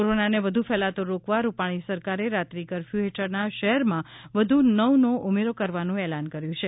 કોરોનાને વધુ ફેલાતો રોકવા રૂપાણી સરકારે રાત્રિ કરફ્યુ હેઠળના શહેરમાં વધુ નવનો ઉમેરો કરવાનું એલાન કર્યું છે